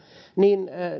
niin